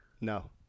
No